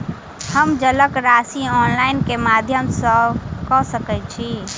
हम जलक राशि ऑनलाइन केँ माध्यम सँ कऽ सकैत छी?